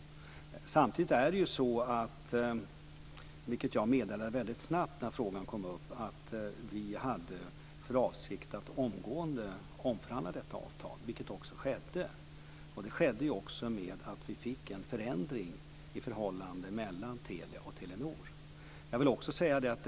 Jag meddelade också väldigt snabbt när frågan kom upp att vi hade för avsikt att omgående omförhandla detta avtal, vilket också skedde. Det skedde i och med att vi fick en förändring i förhållandet mellan Telia och Telenor.